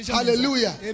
Hallelujah